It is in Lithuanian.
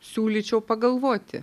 siūlyčiau pagalvoti